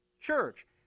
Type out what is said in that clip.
church